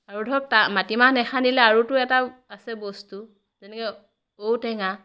আৰু ধৰক তা মাটিমাহ নেসানিলে আৰুতো এটা আছে বস্তু যেনেকৈ ঔ টেঙা